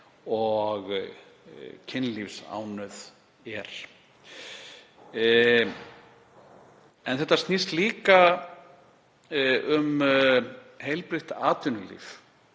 en kynlífsánauð er. En þetta snýst líka um heilbrigt atvinnulíf.